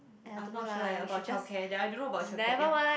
I'm not sure eh about childcare that I don't know about childcare ya